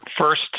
First